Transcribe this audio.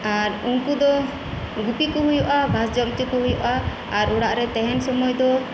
ᱟᱨ ᱩᱱᱠᱩ ᱫᱚ ᱜᱩᱯᱤᱠᱩ ᱦᱩᱭᱩᱜᱼᱟ ᱜᱷᱟᱸᱥ ᱡᱚᱢ ᱩᱪᱩᱠᱩ ᱦᱩᱭᱩᱜᱼᱟ ᱟᱨ ᱚᱲᱟᱜ ᱨᱮ ᱛᱟᱦᱮᱸᱱ ᱥᱩᱢᱟᱹᱭ ᱫᱚ